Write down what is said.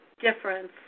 difference